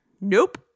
Nope